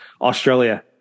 Australia